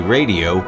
Radio